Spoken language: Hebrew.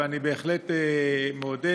ואני בהחלט מעודד,